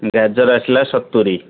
ଗାଜର ଆସିଲା ସତୁରି